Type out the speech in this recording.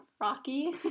rocky